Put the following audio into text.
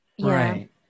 Right